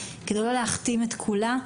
כדי לא להכתים את כולה,